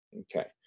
Okay